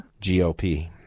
GOP